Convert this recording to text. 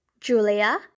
Julia